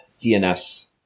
DNS